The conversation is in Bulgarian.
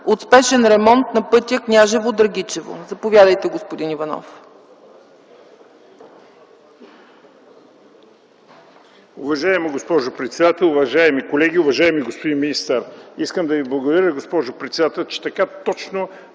от спешен ремонт на пътя Княжево – Драгичево. Заповядайте, господин Иванов.